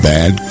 Bad